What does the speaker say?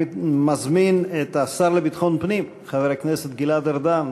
אני מזמין את השר לביטחון פנים חבר הכנסת גלעד ארדן,